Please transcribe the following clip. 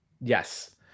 yes